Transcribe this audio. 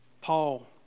Paul